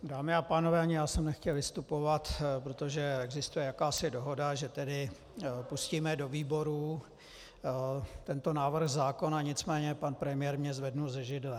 Dámy a pánové, ani já jsem nechtěl vystupovat, protože existuje jakási dohoda, že tedy pustíme do výborů tento návrh zákona, nicméně pan premiér mě zvedl ze židle.